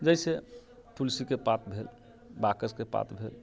जैसे तुलसीके पात भेल बाकसके पात भेल